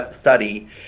study